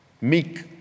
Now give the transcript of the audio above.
meek